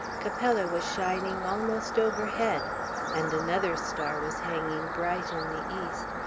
capella was shining almost overhead and another star was hanging bright in the east,